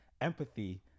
empathy